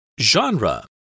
Genre